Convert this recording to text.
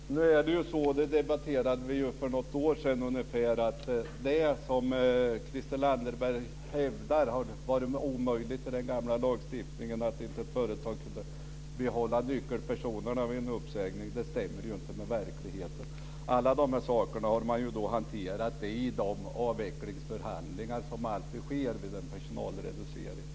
Herr talman! Nu är det ju så, det debatterade vi för ungefär ett år sedan, att det som Christel Anderberg säger om att det har varit omöjligt med den gamla lagstiftningen att ett företag kunnat behålla nyckelpersonerna vid en uppsägning, det stämmer inte med verkligheten. Alla de här sakerna har man ju hanterat i de avvecklingsförhandlingar som alltid sker vid en personalreducering.